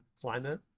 climate